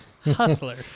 Hustler